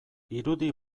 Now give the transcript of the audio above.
irudi